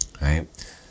Right